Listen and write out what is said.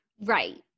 Right